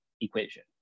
equation